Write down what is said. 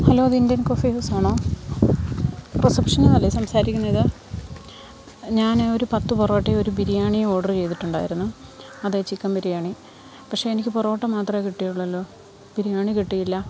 hello ഇത് Indian coffee house ആണോ റിസപ്ഷനിൽ നിന്നല്ലെ സംസാരിക്കുന്നത് ഞാന് ഒരു പത്ത് പൊറോട്ടയും ഒരു ബിരിയാണിയും ഓർഡർ ചെയ്തിട്ടുണ്ടായിരുന്നു അതെ ചിക്കൻ ബിരിയാണി പക്ഷേ എനിക്ക് പൊറോട്ട മാത്രമേ കിട്ടിയുള്ളല്ലൊ ബിരിയാണി കിട്ടിയില്ല